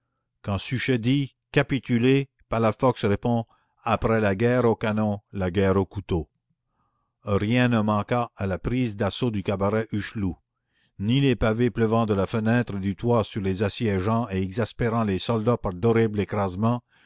quand suchet dit capitulez palafox répond après la guerre au canon la guerre au couteau rien ne manqua à la prise d'assaut du cabaret hucheloup ni les pavés pleuvant de la fenêtre et du toit sur les assiégeants et exaspérant les soldats par d'horribles écrasements